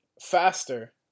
faster